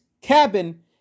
cabin